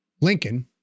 Lincoln